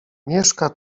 mieszka